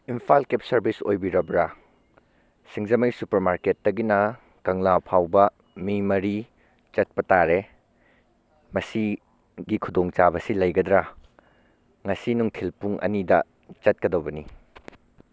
Imphal cab service ꯑꯣꯏꯕꯤꯔꯕ꯭ꯔꯥ ꯁꯤꯡꯖꯃꯩ super ꯃꯥꯔꯀꯦꯠꯇꯒꯤꯅ ꯀꯪꯂꯥ ꯐꯥꯎꯕ ꯃꯤ ꯃꯔꯤ ꯆꯠꯄ ꯇꯥꯔꯦ ꯃꯁꯤꯒꯤ ꯈꯨꯗꯣꯡ ꯆꯥꯕꯁꯤ ꯂꯩꯒꯗ꯭ꯔꯥ ꯉꯁꯤ ꯅꯨꯡꯊꯤꯜ ꯄꯨꯡ ꯑꯅꯤꯗ ꯆꯠꯀꯗꯧꯕꯅꯤ